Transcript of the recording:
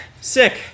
Sick